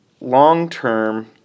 long-term